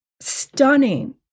Stunning